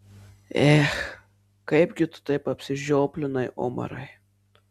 ech kaipgi tu šitaip apsižioplinai umarai